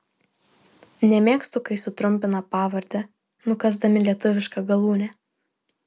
nemėgstu kai sutrumpina pavardę nukąsdami lietuvišką galūnę